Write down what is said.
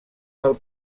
del